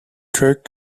kirk